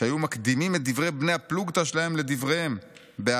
שהיו מקדימים את דברי בני הפלוגתא שלהם לדבריהם בהאזנה